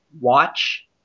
watch